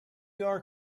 are